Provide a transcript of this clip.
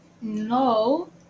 No